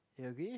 it will be